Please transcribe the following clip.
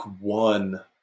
one